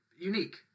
Unique